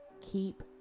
Keep